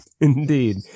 Indeed